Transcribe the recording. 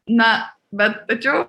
na bet tačiau